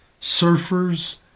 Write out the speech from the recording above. surfers